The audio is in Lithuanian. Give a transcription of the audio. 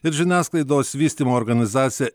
ir žiniasklaidos vystymo organizacija